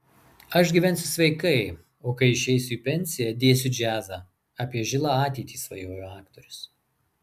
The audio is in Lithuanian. aš gyvensiu sveikai o kai išeisiu į pensiją dėsiu džiazą apie žilą ateitį svajojo aktorius